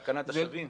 תקנת השבים?